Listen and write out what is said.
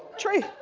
tree.